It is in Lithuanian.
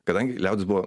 kadangi liaudis buvo